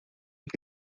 que